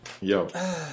Yo